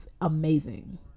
amazing